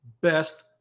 best